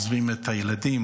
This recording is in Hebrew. עוזבים את הילדים,